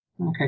Okay